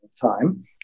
time